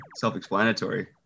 self-explanatory